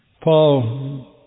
Paul